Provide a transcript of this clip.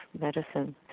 Medicine